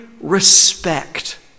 respect